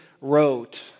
wrote